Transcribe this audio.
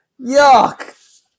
Yuck